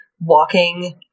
walking